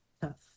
Tough